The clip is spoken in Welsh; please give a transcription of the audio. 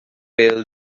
bêl